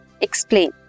Explain